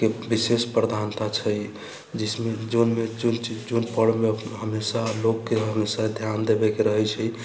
के विशेष प्रधानता छै जिसमे जाहिमे जे पर्वमे हमेशा लोककेँ हमेशा ध्यान देबैके रहैत छै